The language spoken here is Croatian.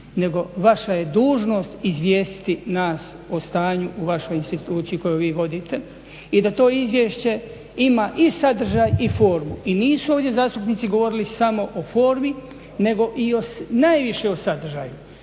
nego je vaša dužnost izvijestiti nas o stanju o vašoj instituciji koju vi vodite i da to izvješće ima i sadržaj i formu. I nisu ovdje zastupnici govorili samo o formi nego i najviše o sadržaju,